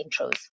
intros